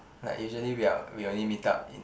like usually we are we only meet up in